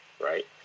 right